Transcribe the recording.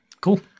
Cool